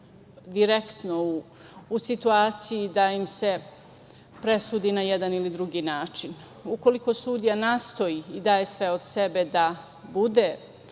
direktno u situaciji da im se presudi na jedan ili drugi način. Ukoliko sudija nastoji i daje sve od sebe da bude